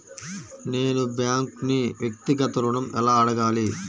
నేను బ్యాంక్ను వ్యక్తిగత ఋణం ఎలా అడగాలి?